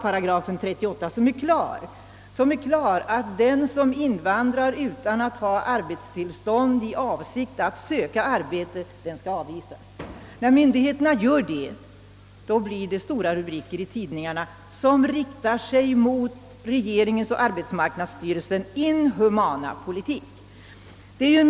I paragrafen utsägs klart att den som utan att ha arbetstillstånd invandrar i avsikt att söka arbete skall avvisas, men när myndigheterna tillämpar denna bestämmelse, blir det stora rubriker i tidningarna som riktar sig mot regeringens och arbetsmarknadsstyrelsens »inhumana politik».